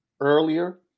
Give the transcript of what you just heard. earlier